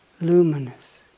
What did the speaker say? luminous